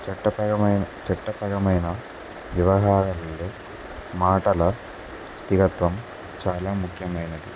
చట్టపమైన చట్టపగమైన వివహారల్లో మాటల స్థిరత్వం చాలా ముఖ్యమైనది